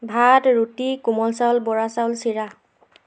ভাত ৰুটি কোমল চাউল বৰা চাউল চিৰা